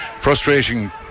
frustrating